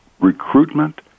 recruitment